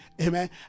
amen